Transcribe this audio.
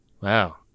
Wow